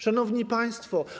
Szanowni Państwo!